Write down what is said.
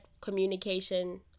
communication